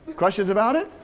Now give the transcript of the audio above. questions about it?